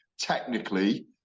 technically